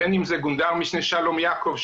בין אם זה גונדר משנה שלום יעקב,